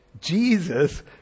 Jesus